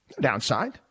Downside